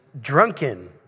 drunken